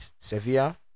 Sevilla